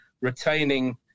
retaining